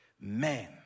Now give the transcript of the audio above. man